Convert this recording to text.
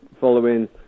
following